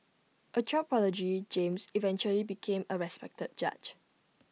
A child prodigy James eventually became A respected judge